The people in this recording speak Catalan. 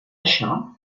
això